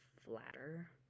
flatter